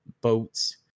Boats